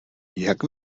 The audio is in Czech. jak